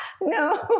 No